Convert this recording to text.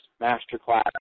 Masterclass